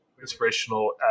inspirational